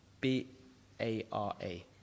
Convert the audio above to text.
B-A-R-A